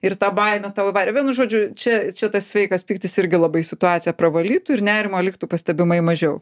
ir tą baimę tau įvarė vienu žodžiu čia čia tas sveikas pyktis irgi labai situaciją pravalytų ir nerimo liktų pastebimai mažiau